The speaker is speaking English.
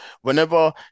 Whenever